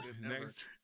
Next